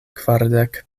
kvardek